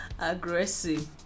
aggressive